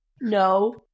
no